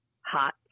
hot